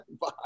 Bye